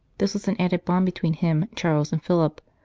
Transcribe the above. this was an added bond between him, charles, and philip.